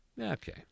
Okay